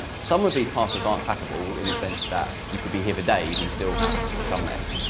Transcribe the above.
some of these passwords aren't crackable, in the sense that you could be here for days and still have some left,